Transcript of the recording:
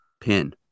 pin